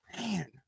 man